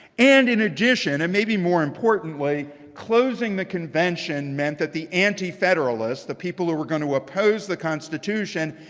and in addition, and maybe more importantly, closing the convention meant that the antifederalists, the people who were going to oppose the constitution,